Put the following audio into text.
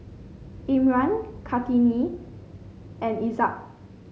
Imran Kartini and Izzat